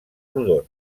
rodon